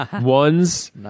One's